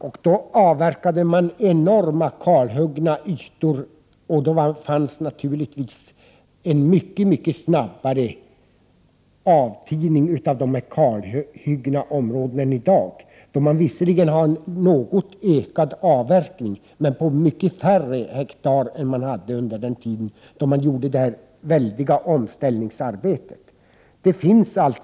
Då kalavverkades enorma ytor, och som följd blev det naturligtvis en mycket snabbare avrinning från de kalhuggna områdena än vad som är fallet i dag. Visserligen är det nu en något större avverkning, men det sker på ett mycket mindre antal hektar än under den tid då det väldiga omställningsarbetet utfördes.